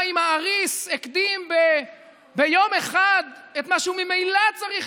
אם האריס הקדים ביום אחד את מה שהוא ממילא צריך